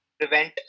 prevent